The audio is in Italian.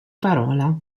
parola